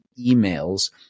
emails